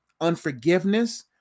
unforgiveness